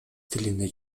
тилинде